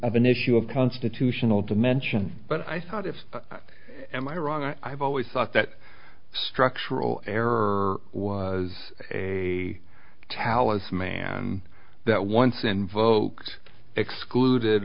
of an issue of constitutional dimension but i thought if i am i wrong i've always thought that structural error was a talismanic that once invoked excluded